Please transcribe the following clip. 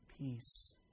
Peace